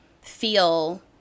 feel